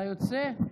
אתה יוצא?